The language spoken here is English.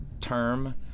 term